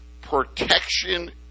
protection